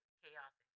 chaos